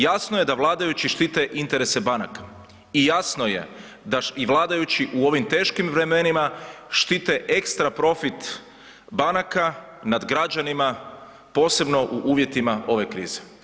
Jasno je da vladajući štite interese banaka i jasno je da i vladajući u ovim teškim vremenima štite ekstra profit banaka nad građanima posebno u uvjetima ove krize.